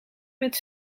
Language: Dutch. met